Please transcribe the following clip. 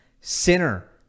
Sinner